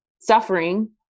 suffering